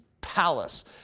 palace